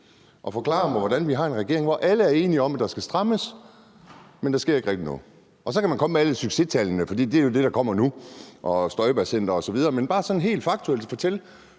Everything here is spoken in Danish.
at forklare mig, hvordan vi kan have en regering, hvor alle er enige om, at der skal strammes, men at der ikke rigtig sker noget? Så kan man komme med alle succestallene, for det er jo det, der kommer nu, og et Støjbergcenter osv., men kan man ikke bare sådan helt faktuelt fortælle,